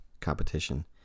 competition